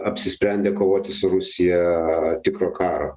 apsisprendę kovoti su rusija tikro karo